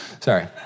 sorry